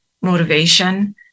motivation